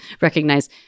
recognize